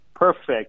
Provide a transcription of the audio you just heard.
perfect